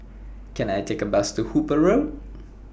Can I Take A Bus to Hooper Road